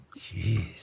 Jeez